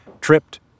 tripped